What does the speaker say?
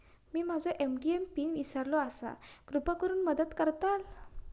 मी माझो ATM PIN इसरलो आसा कृपा करुन मदत करताल